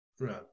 right